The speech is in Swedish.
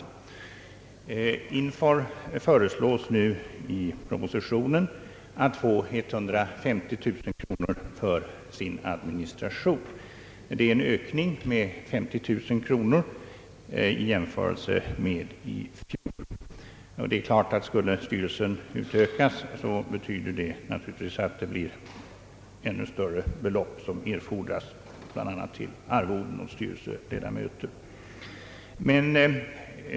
I propositionen föreslås att INFOR får 150 000 kronor till sina administrationskostnader, vilket innebär en anslagsökning med 50 000 kronor i jämförelse med i fjol. Skulle styrelsen utökas, betyder detta naturligtvis att ännu större belopp erfordras, bl.a. till arvoden åt styrelseledamöterna.